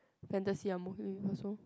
fantasy I'm okay with also